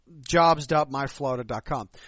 jobs.myflorida.com